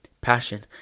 passion